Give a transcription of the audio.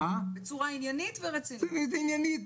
עניינית.